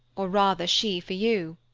or rather, she for you.